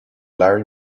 larry